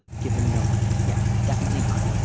give him no money yeah, definitely not.